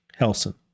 Helson